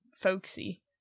folksy